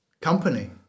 company